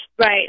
Right